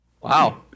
Wow